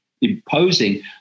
imposing